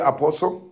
Apostle